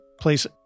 place